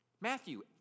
Matthew